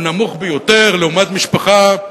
הוא נמוך ביותר לעומת משפחה אחרת.